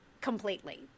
completely